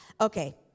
Okay